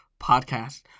podcast